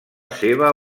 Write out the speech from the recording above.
seva